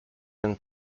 and